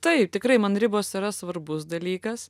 taip tikrai man ribos yra svarbus dalykas